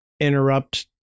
interrupt